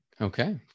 Okay